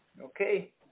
Okay